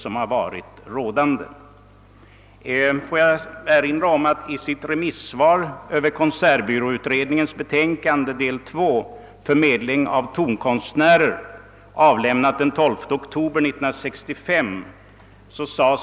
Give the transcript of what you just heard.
Jag vill erinra om att i sitt remissvar över konsertbyråutredningens betänkande II, »Förmedling av tonkonstnärer», avlämnat den 12 oktober 1965, före Svar på fråga ang.